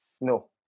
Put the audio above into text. no